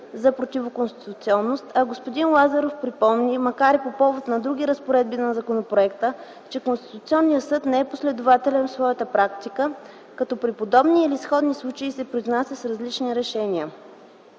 за противоконституционност, а господин Лазаров припомни, макар и по повод на други разпоредби на законопроекта, че Конституционният съд не е последователен в своята практика, като при подобни или сходни случаи се произнася с различни решения.